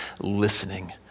listening